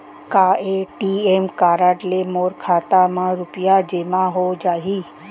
का ATM card ले मोर खाता म रुपिया जेमा हो जाही?